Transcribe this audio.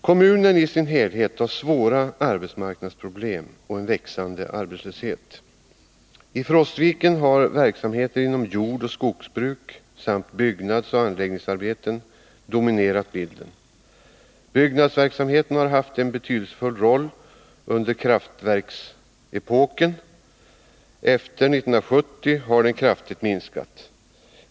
Kommunen i sin helhet har svåra arbetsmarknadsproblem och en växande arbetslöshet. I Frostviken har verksamheter inom jordoch skogsbruk samt byggnadsoch anläggningsarbeten dominerat bilden. Byggnadsverksamheten har haft en betydelsefull roll under kraftverksbyggandets epok. Efter 1970 har den kraftigt minskat.